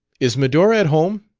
is medora at home?